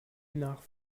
nach